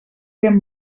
ben